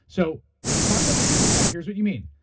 so when you talk about the achievement gap, here's what you mean.